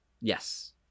Yes